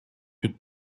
queue